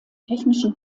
technischen